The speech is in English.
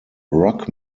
rock